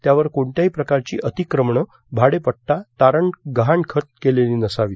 त्यावर कोणत्याही प्रकारची अतिक्रमणे भाडेपड्डा तारण गहाणखत केलेली नसावी